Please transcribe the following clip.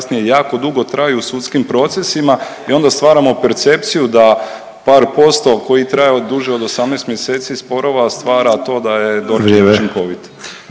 Hvala